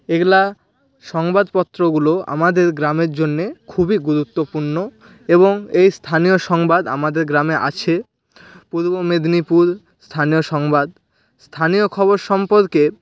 এগুলো সংবাদপত্রগুলো আমাদের গ্রামের জন্যে খুবই গুরুত্বপূর্ণ এবং এই স্থানীয় সংবাদ আমাদের গ্রামে আছে পূর্ব মেদিনীপুর স্থানীয় সংবাদ স্থানীয় খবর সম্পর্কে